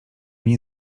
nie